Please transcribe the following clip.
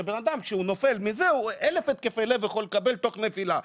שבנאדם שהוא נופל מזה אלף התקפי לב יכול לקבל תוך נפילה,